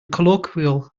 colloquial